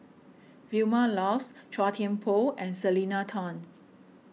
Vilma Laus Chua Thian Poh and Selena Tan